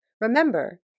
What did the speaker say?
Remember